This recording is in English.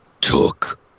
Took